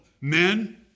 Men